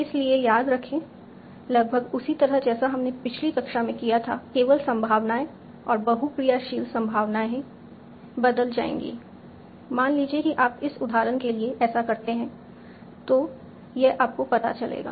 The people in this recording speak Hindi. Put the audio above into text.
इसलिए याद रखें लगभग उसी तरह जैसा हमने पिछली कक्षा में किया था केवल संभावनाएं और बहुक्रियाशील संभावनाएं बदल जाएंगी मान लीजिए कि आप इस उदाहरण के लिए ऐसा करते हैं तो यह आपको पता चलेगा